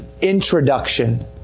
introduction